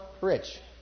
rich